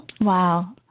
Wow